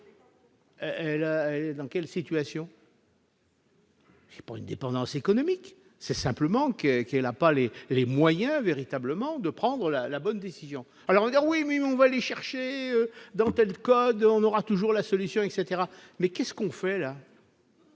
autonomes. Dans quelle situation. Et pour une dépendance économique, c'est simplement que qu'elle a pas les les moyens véritablement de prendre la la bonne décision, alors oui, oui, on va les chercher dans telles code on aura toujours la solution etc mais qu'est-ce qu'on fait là.